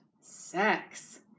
sex